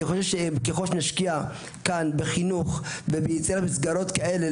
אני חושב שככל שנשקיע כאן בחינוך וביצירת מסגרות כאלה,